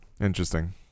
Interesting